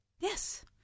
Yes